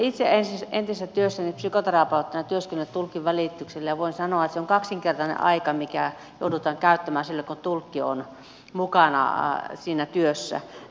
minä olen itse entisessä työssäni psykoterapeuttina työskennellyt tulkin välityksellä ja voin sanoa että se on kaksinkertainen aika mikä joudutaan käyttämään silloin kun tulkki on mukana siinä työssä